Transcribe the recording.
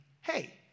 Hey